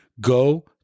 Go